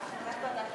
הנושא הבא,